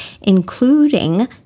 including